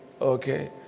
okay